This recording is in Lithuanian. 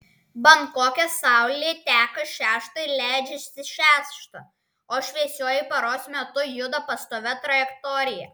bankoke saulė teka šeštą ir leidžiasi šeštą o šviesiuoju paros metu juda pastovia trajektorija